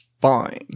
fine